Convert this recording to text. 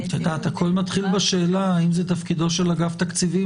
הכול מתחיל בשאלה אם זה תפקידו של אגף תקציבים